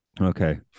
Okay